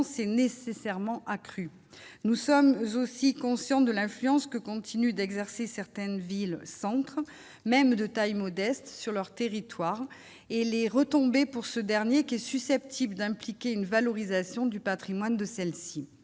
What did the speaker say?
c'est nécessairement accrue, nous sommes aussi conscients de l'influence que continue d'exercer certaines villes centre même de taille modeste sur leur territoire et les retombées pour ce dernier, qui est susceptible d'impliquer une valorisation du Patrimoine de celle-ci